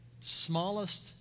smallest